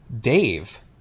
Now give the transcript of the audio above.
Dave